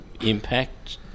impact